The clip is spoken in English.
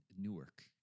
Newark